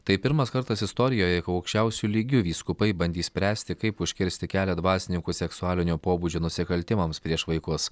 tai pirmas kartas istorijoje kai aukščiausiu lygiu vyskupai bandys spręsti kaip užkirsti kelią dvasininkų seksualinio pobūdžio nusikaltimams prieš vaikus